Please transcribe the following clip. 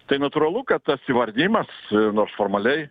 tai natūralu kad tas įvardijimas nors formaliai